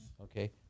okay